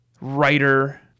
writer